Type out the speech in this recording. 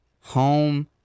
home